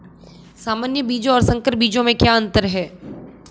सामान्य बीजों और संकर बीजों में क्या अंतर है?